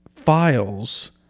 files